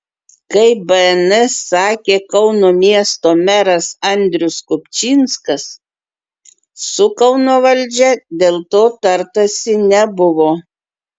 kaip bns sakė kauno miesto meras andrius kupčinskas su kauno valdžia dėl to tartasi nebuvo